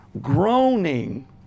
groaning